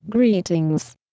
Greetings